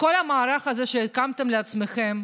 כל המערך הזה שהקמתם לעצמכם,